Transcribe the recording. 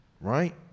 right